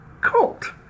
cult